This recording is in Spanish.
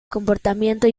comportamiento